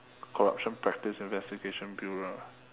corruption practice investigation bureau